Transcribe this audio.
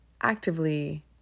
actively